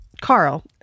Carl